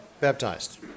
Baptized